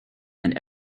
and